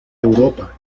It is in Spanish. europa